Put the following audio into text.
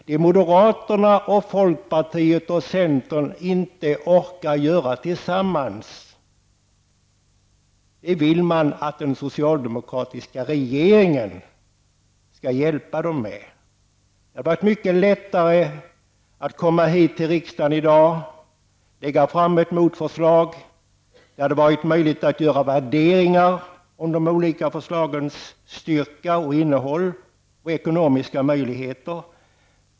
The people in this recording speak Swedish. Det moderaterna, folkpartiet och centern inte orkar göra tillsammans, det vill de att den socialdemokratiska regeringen skall hjälpa dem med. Det hade varit mycket lättare att komma hit till riksdagen i dag och lägga fram ett motförslag. Det hade varit då möjligt att göra värderingar om de olika förslagens styrka, innehåll och ekonomiska möjligheter.